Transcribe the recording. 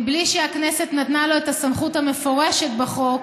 בלי שהכנסת נתנה לו את הסמכות המפורשת בחוק,